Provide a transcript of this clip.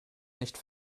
nicht